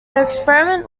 experiment